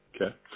Okay